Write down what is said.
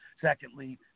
Secondly